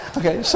okay